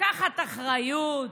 לקחת אחריות?